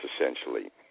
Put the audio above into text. essentially